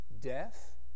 death